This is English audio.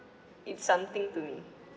it's something to me